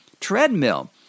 treadmill